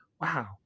wow